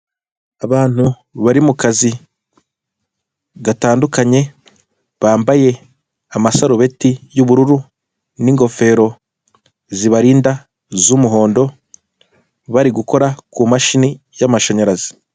Abantu bari mu kazi gatandukanye, bambaye amasarubeti y'ubururu n'ingofero zibarinda, z'umuhondo, bari gukora mu mashini y'amashanyarazi.